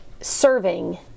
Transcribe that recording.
serving